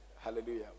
Hallelujah